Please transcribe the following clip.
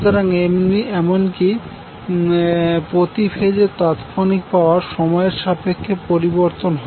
সুতরাং এমনকি প্রতি ফেজের তাৎক্ষণিক পাওয়ার সময়ের সাপেক্ষে পরিবর্তন হয়